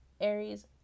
Aries